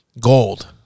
gold